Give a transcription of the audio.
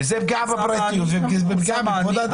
וזו פגיעה בפרטיות וזו פגיעה בכבוד האדם.